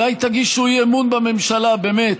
שאולי תגישו אי-אמון בממשלה, באמת,